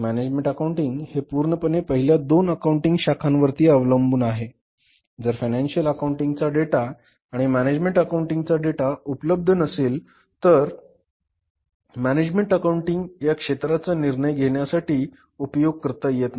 management accounting हे पूर्णपणे पहिल्या दोन अकाउंटिंग शाखांवर अवलंबून आहे जर फायनान्शिअल अकाउंटिंग चा डेटा आणि मॅनेजमेंट अकाउंटिंग चा डेटा उपलब्ध नसेल तर मॅनेजमेंट अकाउंटिंग या क्षेत्राचा निर्णय घेण्यासाठी उपयोग करता येत नाही